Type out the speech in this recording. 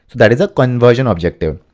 that is a conversion objective.